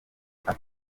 ake